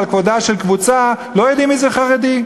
על כבודה של קבוצה לא יודעים מי זה חרדי.